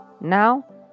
Now